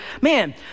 man